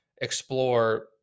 explore